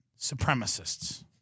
supremacists